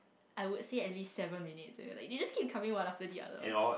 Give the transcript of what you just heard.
I would say at least seven minutes eh like they just keep coming one after the other